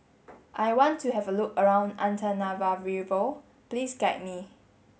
I want to have a look around Antananarivo please guide me